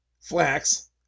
flax